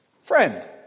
friend